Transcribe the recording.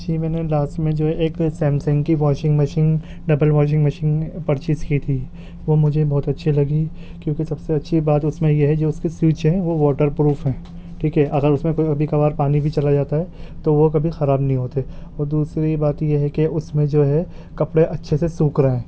جی میں نے لاسٹ میں جو ایک سیمسنگ کی washing machine double washing machine purchase کی تھی وہ مجھے بہت اچھی لگی کیونکہ سب سے اچھی بات اس میں یہ ہے جو اس کے سوئچ ہیں وہ واٹر پروف ہیں ٹھیک ہے اگر اس میں کبھی کبھار پانی بھی چلا جاتا ہے تو وہ کبھی خراب نہیں ہوتے اور دوسری بات یہ ہے کہ اس میں جو ہے کپڑے اچھے سے سوکھ رہے ہیں